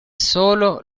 solo